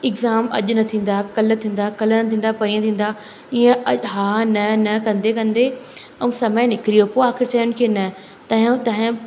exam अॼु न थींदा काल्ह थींदा काल्ह न थींदा पणीअ थींदा ईअ अ हा न न कंदे कंदे ऐं समय निकिरी वियो पोइ आख़िर चइनि की न तव्हांजो तव्हांजो न